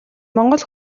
монгол